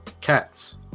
Cats